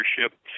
leadership